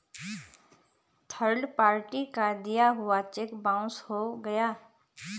third party का दिया हुआ चेक बाउंस हो गया